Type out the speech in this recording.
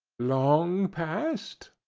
long past?